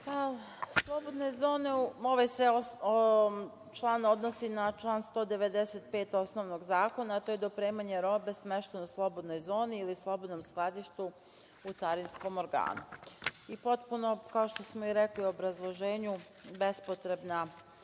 Jovanović** Ovaj se član odnosi na član 195. osnovnog zakona, a to je dopremanje robe smeštene u slobodnoj zoni ili slobodnom skladištu u carinskom organu. Potpuno, kao što smo rekli u obrazloženju, bespotrebna